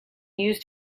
used